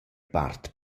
part